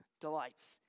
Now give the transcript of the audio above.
delights